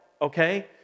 okay